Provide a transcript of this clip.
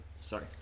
Sorry